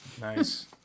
Nice